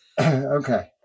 Okay